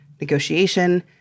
negotiation